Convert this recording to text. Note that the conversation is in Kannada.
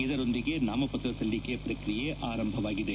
ಇದರೊಂದಿಗೆ ನಾಮಪತ್ರ ಸಲ್ಲಿಕೆ ಪ್ರಕ್ರಿಯೆ ಆರಂಭವಾಗಿದೆ